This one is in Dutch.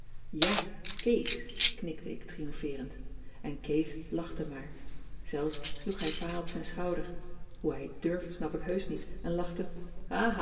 ja kèes knikte ik triomfeerend en kees lachte maar zelfs sloeg hij pa op z'n schouder hoe hij het durft snap ik heusch niet en lachte